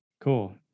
Cool